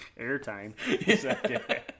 airtime